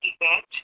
event